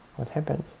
what happened?